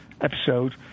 episode